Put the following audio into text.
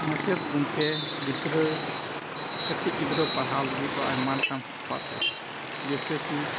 ᱢᱟᱪᱮᱫ ᱜᱚᱢᱠᱮ ᱜᱤᱫᱽᱨᱟᱹ ᱠᱟᱹᱴᱤᱡ ᱜᱤᱫᱽᱨᱟᱹ ᱯᱟᱲᱦᱟᱣ ᱞᱟᱹᱜᱤᱫ ᱫᱚ ᱟᱭᱢᱟ ᱞᱮᱠᱟᱱ ᱥᱟᱯᱟᱯ ᱡᱟᱹᱨᱩᱲᱟ ᱡᱮᱭᱥᱮ ᱠᱤ